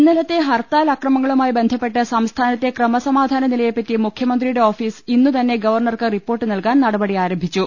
ഇന്നലത്തെ ഹർത്താൽ അക്രമങ്ങളുമായി ബന്ധപ്പെട്ട് സംസ്ഥാനത്തെ ക്രമസമാധാനനിലയെപ്പറ്റി മുഖ്യമന്ത്രിയുടെ ഓഫീസ് ഇന്നുതന്നെ ഗവർണർക്ക് റിപ്പോർട്ട് നൽകാൻ നടപടി യാരംഭിച്ചു